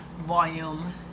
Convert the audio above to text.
volume